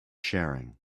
sharing